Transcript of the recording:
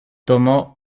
tomó